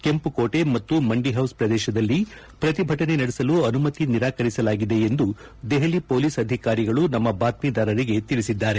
ಕೆಂಪುಕೋಟೆ ಮತ್ತು ಮಂಡಿಹೌಸ್ ಪ್ರದೇಶದಲ್ಲಿ ಪ್ರತಿಭಟನೆ ನಡೆಸಲು ಅನುಮತಿ ನಿರಾಕರಿಸಲಾಗಿದೆ ಎಂದು ದೆಹಲಿ ಪೊಲೀಸ್ ಅಧಿಕಾರಿಗಳು ನಮ್ಮ ಬಾತ್ವೀದಾರರಿಗೆ ತಿಳಿಸಿದ್ದಾರೆ